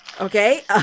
Okay